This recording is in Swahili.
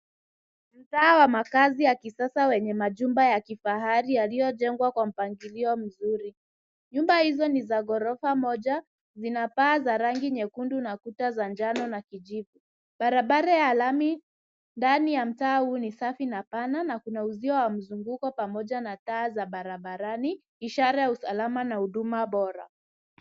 Mtaa wa makazi ya kisasa wenye majumba ya kifahari yaliyojengwa kwa mpangilio mzuri. Nyumba hizo ni za ghorofa moja, zina paa za rangi nyekundu na kuta za njano na kijivu. Barabara ya lami ndani ya mtaa huu ni safi na pana na kuna uzio wa mzunguko pamoja na taa za barabarani, ishara ya usalama na huduma bora.